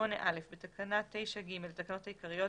8א.בתקנה 9(ג) לתקנות העיקריות,